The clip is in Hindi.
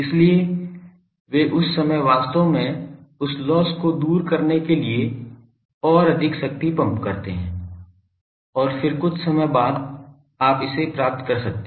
इसलिए वे उस समय वास्तव में उस लोस्स को दूर करने के लिए और अधिक शक्ति पंप करते हैं और फिर कुछ समय बाद आप इसे प्राप्त कर सकते हैं